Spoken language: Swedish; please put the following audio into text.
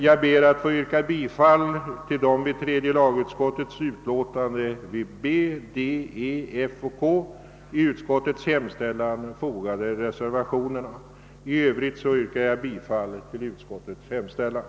Jag ber att få yrka bifall till de i tredje lagutskottets utlåtande vid B, D, E, F och K i utskottets hemställan fogade reservationerna. I övrigt yrkar jag bifall till utskottets hemställan.